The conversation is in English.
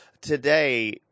today